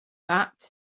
that